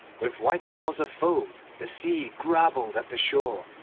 with white claws of foam the sea grabbled at the shore.